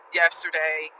yesterday